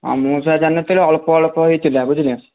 ହଁ ମୁଁ ସାର ଜାଣିନଥିଲି ଅଳ୍ପ ଅଳ୍ପ ହୋଇଥିଲା ବୁଝିଲେ